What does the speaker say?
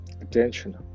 attention